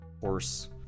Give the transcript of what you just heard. horse